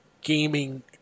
gaming